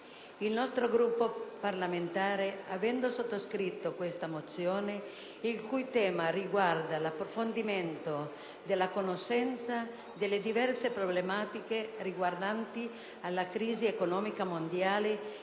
Il nostro Gruppo parlamentare, avendo sottoscritto tale mozione, il cui tema è l'approfondimento della conoscenza delle diverse problematiche concernenti la crisi economica mondiale